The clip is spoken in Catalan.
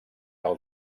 del